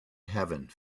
heaven